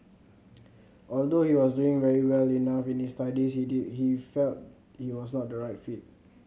although he was doing very well enough in his studies he did he felt it was not the right fit